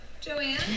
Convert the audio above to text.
Joanne